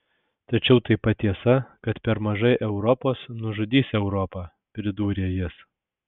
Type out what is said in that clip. tačiau taip pat tiesa kad per mažai europos nužudys europą pridūrė jis